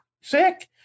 sick